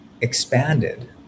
expanded